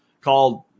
called